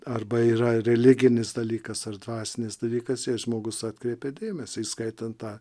arba yra religinis dalykas ar dvasinis dalykas jei žmogus atkreipia dėmesį įskaitant tą